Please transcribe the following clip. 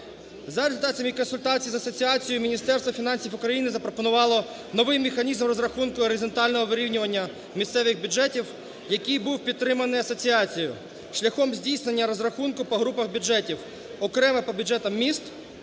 За результатами консультацій з асоціацією Міністерство фінансів України запропонувало новий механізм розрахунку горизонтального вирівнювання місцевих бюджетів, який був підтриманий асоціацією, шляхом здійснення розрахунку по групах бюджетів: окремо по бюджетах міст